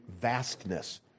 vastness